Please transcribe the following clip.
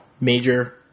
major